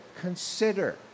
Consider